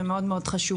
הם מאוד מאוד חשובים,